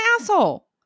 asshole